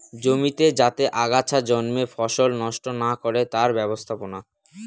জমিতে যাতে আগাছা জন্মে ফসল নষ্ট না করে তার ব্যবস্থাপনা